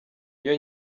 iyo